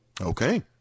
Okay